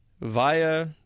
via